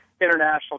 international